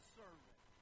servant